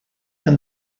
and